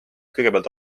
kõigepealt